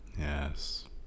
Yes